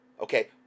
okay